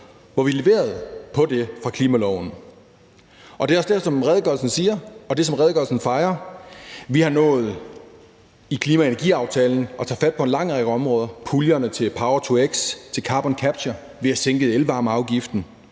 hvor vi leverede på det fra klimaloven. Det er også det, som redegørelsen siger, og det, som redegørelsen fejrer. Vi har nået i klima- og energiaftalen at tage fat på en lang række områder, puljerne til power-to-x, til carbon capture, vi har sænket elvarmeafgiften.